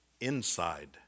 inside